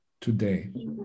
today